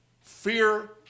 fear